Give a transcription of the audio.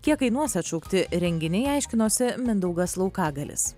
kiek kainuos atšaukti renginiai aiškinosi mindaugas laukagalis